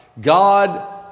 God